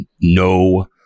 no